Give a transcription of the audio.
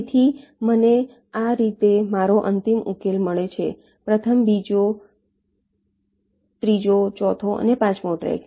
તેથી મને આ રીતે મારો અંતિમ ઉકેલ મળે છે પ્રથમ બીજો ત્રીજો ચોથો અને પાંચમો ટ્રેક